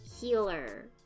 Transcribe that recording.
healer